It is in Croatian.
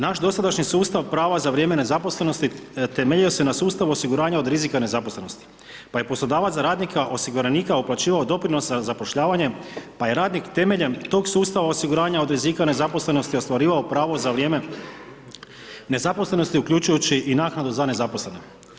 Naš dosadašnji sustav prava za vrijeme nezaposlenosti temeljio se na sustavu osiguranja od rizika nezaposlenosti pa je poslodavac za radnika osiguranika uplaćivao doprinos za zapošljavanje pa je radnik temeljem tog sustava osiguranja od rizika nezaposlenosti ostvarivao pravo za vrijeme nezaposlenosti uključujući i naknadu za nezaposlene.